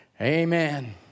Amen